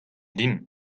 din